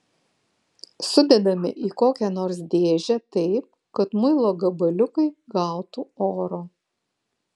sudedame į kokią nors dėžę taip kad muilo gabaliukai gautų oro